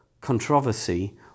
controversy